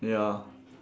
ya